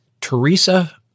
Teresa